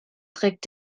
trägt